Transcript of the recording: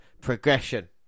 progression